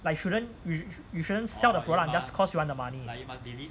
like shouldn't you you shouldn't sell the product just cause you want the money